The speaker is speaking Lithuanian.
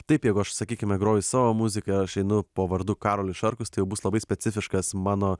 taip jeigu aš sakykime groju savo muziką aš einu po vardu karolis šarkus tai jau bus labai specifiškas mano